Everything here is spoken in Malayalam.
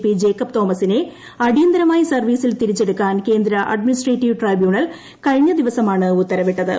പി ജേക്കബ് തോമസിനെ അടിയന്തരമായി സർവ്വീസിൽ തിരിച്ചെടുക്കാൻ കേന്ദ്ര അഡ്മിനിസ്ട്രേറ്റീവ് ട്രൈബ്യൂണൽ കഴിഞ്ഞ ദിവസമാണ് ഉത്തരവിട്ടത്